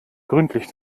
gründlich